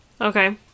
Okay